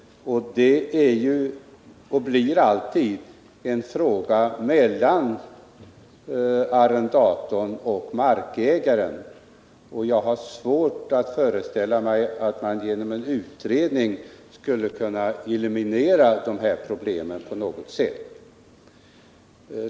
Det blir alltid en fråga för arrendatorn och markägaren att lösa dessa problem, och jag har svårt att föreställa mig att man genom en utredning skulle kunna eliminera problemen.